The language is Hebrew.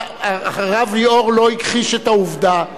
הרב ליאור לא הכחיש את העובדה,